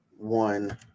one